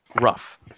rough